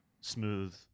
smooth